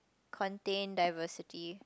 contain diversity